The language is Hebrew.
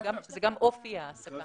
זה גם אופי ההעסקה.